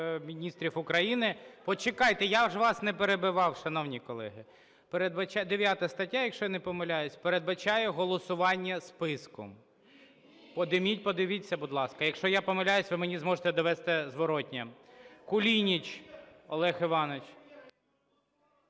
Міністрів України"… Почекайте, я ж вас не перебивав, шановні колеги! 9 стаття, якщо я не помиляюсь, передбачає голосування списком. Підніміть, подивіться, будь ласка. Якщо я помиляюся, ви мені зможете довести зворотнє. Кулініч Олег Іванович.